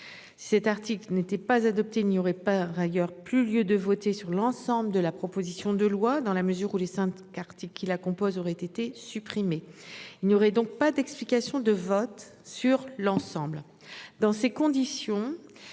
Cet article n'était pas adopté, il n'y aurait par ailleurs plus lieu de voter sur l'ensemble de la proposition de loi dans la mesure où les Saintes quartier qui la composent auraient été supprimés. Il n'y aurait donc pas d'explication de vote sur l'ensemble. Dans ces conditions